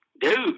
dude